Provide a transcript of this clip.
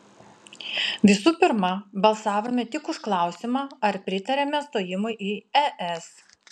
visų pirma balsavome tik už klausimą ar pritariame stojimui į es